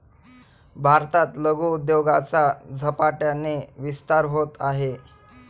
भारतात लघु उद्योगाचा झपाट्याने विस्तार होत आहे